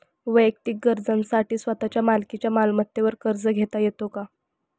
वैयक्तिक गरजांसाठी स्वतःच्या मालकीच्या मालमत्तेवर कर्ज घेता येतो का?